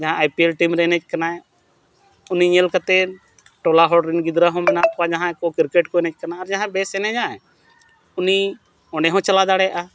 ᱡᱟᱦᱟᱸᱭ ᱟᱭ ᱨᱮ ᱮᱱᱮᱡ ᱠᱟᱱᱟᱭ ᱩᱱᱤ ᱧᱮᱞ ᱠᱟᱛᱮᱫ ᱴᱚᱞᱟ ᱦᱚᱲᱨᱮᱱ ᱜᱤᱫᱽᱨᱟᱹ ᱦᱚᱸ ᱢᱮᱱᱟᱜ ᱠᱚᱣᱟ ᱡᱟᱦᱟᱸᱭ ᱠᱚ ᱮᱱᱮᱡ ᱠᱟᱱᱟ ᱟᱨ ᱡᱟᱦᱟᱸᱭ ᱵᱮᱥ ᱮᱱᱮᱡᱟᱭ ᱩᱱᱤ ᱚᱸᱰᱮᱦᱚᱸ ᱪᱟᱞᱟᱣ ᱫᱟᱲᱮᱭᱟᱜᱼᱟ